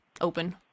open